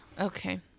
Okay